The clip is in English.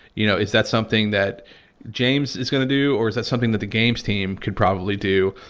you know, it's that something that james is going to do or is that something that the games team can probably do?